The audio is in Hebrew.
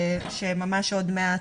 ממש עוד מעט,